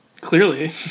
Clearly